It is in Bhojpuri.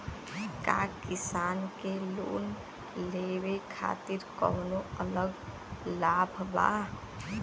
का किसान के लोन लेवे खातिर कौनो अलग लाभ बा?